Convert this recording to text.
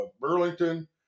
Burlington